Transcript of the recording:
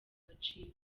agaciro